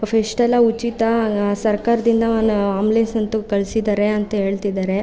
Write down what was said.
ಇಷ್ಟೆಲ್ಲ ಉಚಿತ ಸರ್ಕಾರದಿಂದ ಒನ್ ಆಂಬ್ಲೆಸ್ ಅಂತ ಕಳಿಸಿದ್ದಾರೆ ಅಂತ ಹೇಳ್ತಿದ್ದಾರೆ